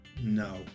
no